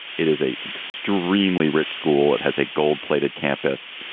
it is a extremely rich school that has a gold plated campus,